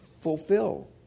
fulfill